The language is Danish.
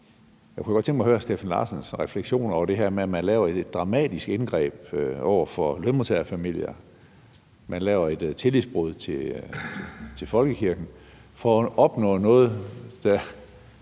Jeg kunne godt tænke mig at høre hr. Steffen Larsens refleksioner over det her med, at man laver et dramatisk indgreb over for lønmodtagerfamilier og man laver et tillidsbrud over for folkekirken, for at opnå noget, der